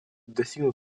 достигнут